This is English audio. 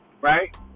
right